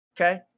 Okay